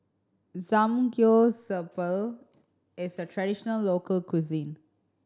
Samgyeopsal is a traditional local cuisine